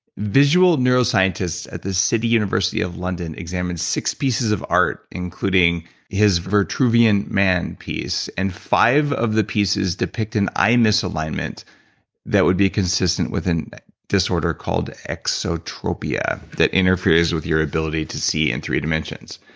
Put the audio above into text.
visual neuroscientists at the city university of london examined six pieces of art including his vitruvian man piece and five of the pieces depict an eye misalignment that would be consistent with a disorder called exotropia that interferes with your ability to see in three dimensions.